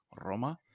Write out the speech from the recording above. Roma